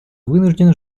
вынужден